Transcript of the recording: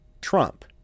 Trump